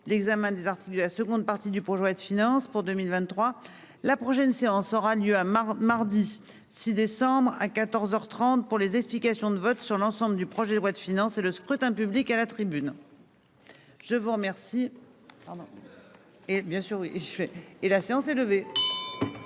l'examen des articles de la seconde partie du projet de finances pour 2023. La prochaine séance aura lieu à mardi, mardi 6 décembre à 14h 30 pour les explications de vote sur l'ensemble du projet de loi de finances et le scrutin public. À la tribune. Je vous remercie. Et bien sûr. Et la séance est levée.